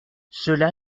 cela